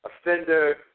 Offender